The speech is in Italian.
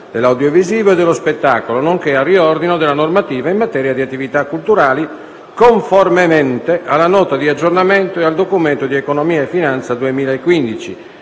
dell'audiovisivo e dello spettacolo, nonché al riordino della normativa in materia di attività culturali, conformemente alla Nota di aggiornamento e al Documento di economia e finanza 2015,